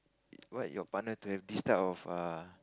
what your partner to have this type of a